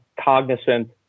cognizant